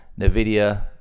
nvidia